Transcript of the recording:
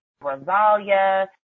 Rosalia